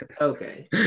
Okay